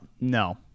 No